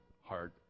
hard